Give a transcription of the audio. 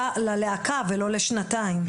ללהקה ולא לשנתיים.